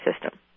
system